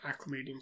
acclimating